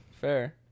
Fair